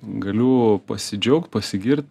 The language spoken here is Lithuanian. galiu pasidžiaugt pasigirt